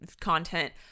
content